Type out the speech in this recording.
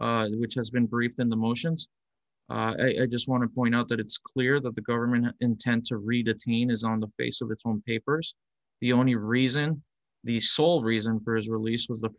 in which has been briefed in the motions i just want to point out that it's clear that the government intends to read it seen as on the face of its own papers the only reason the sole reason for his release was the